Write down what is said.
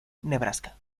nebraska